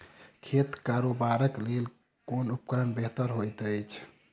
खेत कोरबाक लेल केँ उपकरण बेहतर होइत अछि?